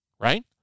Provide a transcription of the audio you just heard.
right